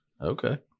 Okay